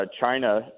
China